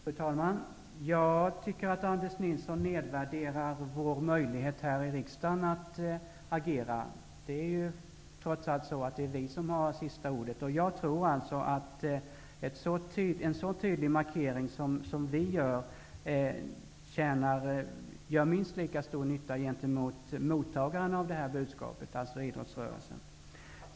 Fru talman! Jag tycker att Anders Nilsson nedvärderar vår möjlighet här i riksdagen att agera. Det är trots allt vi som har sista ordet. Jag tror att en så tydlig markering som vi gör har minst lika stor effekt gentemot mottagaren av budskapet, alltså idrottsrörelsen.